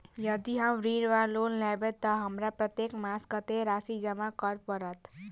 यदि हम ऋण वा लोन लेबै तऽ हमरा प्रत्येक मास कत्तेक राशि जमा करऽ पड़त?